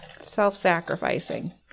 self-sacrificing